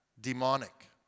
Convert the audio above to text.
demonic